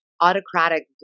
autocratic